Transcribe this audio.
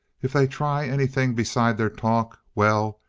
if they try anything besides their talk well,